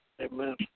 Amen